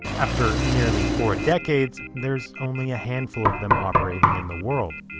after nearly four decades, there's only a handful of them operating in the world.